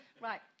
Right